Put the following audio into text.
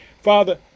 Father